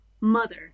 mother